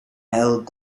held